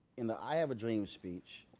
in the i have a dream speech,